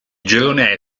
girone